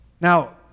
now